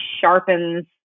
sharpens